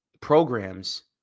programs